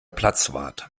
platzwart